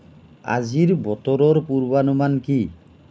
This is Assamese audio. আজিৰ বতৰৰ পূৰ্বানুমান কি